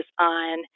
on